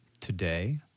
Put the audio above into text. today